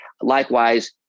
Likewise